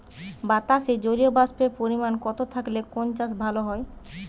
বাতাসে জলীয়বাষ্পের পরিমাণ কম থাকলে কোন চাষ ভালো হয়?